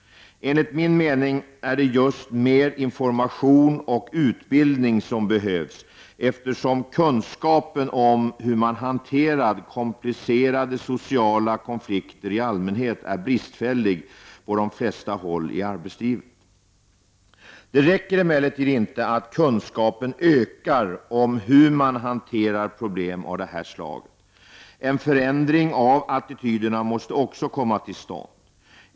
Enligt min mening är det just mer information och utbildning som behövs, eftersom kunskapen om hur man hanterar komplicerade sociala konflikter i allmänhet är bristfällig på de flesta håll i arbetslivet. Det räcker emellertid inte att kunskapen ökar om hur man hanterar pro blem av det här slaget. En förändring av attityderna måste också komma till stånd.